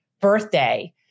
birthday